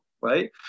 right